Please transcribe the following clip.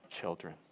children